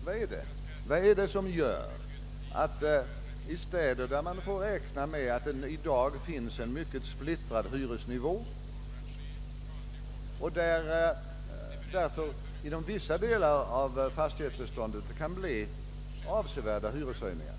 I några städer får man räkna med att hyresnivån i dag är mycket splittrad och att det därför inom vissa delar av fastighetsbeståndet kan bli avsevärda hyreshöjningar;